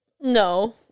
no